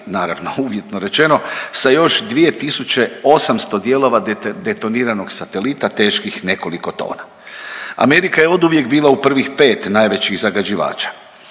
naravno uvjetno rečeno, sa još 2.800 dijelova detoniranog satelita teških nekoliko tona. Amerika je oduvijek bila u prvih 5 najvećih zagađivača.